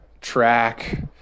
track